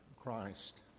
Christ